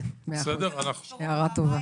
הערה טובה.